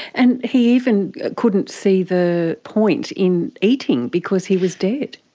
and he even couldn't see the point in eating, because he was dead.